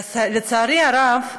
לצערי הרב,